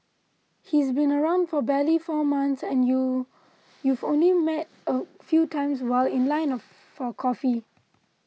he's been around for barely four months and you you've only met a few times while in liner for coffee